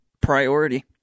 priority